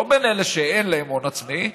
לא בין אלה שאין להם הון עצמי,